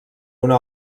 una